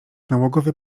nałogowy